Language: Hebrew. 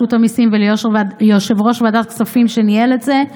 המיסים וליושב-ראש ועדת כספים שניהל את זה.